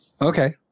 Okay